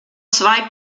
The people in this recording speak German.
zwei